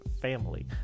family